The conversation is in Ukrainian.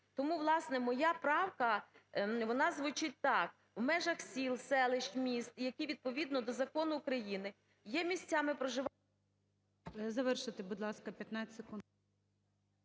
Тому, власне, моя правка, вона звучить так: "В межах сіл, селищ, міст, які, відповідно до закону України, є місцями…" ГОЛОВУЮЧИЙ. Завершити, будь ласка, 15 секунд.